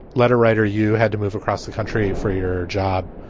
letter writer, you had to move across the country for your job.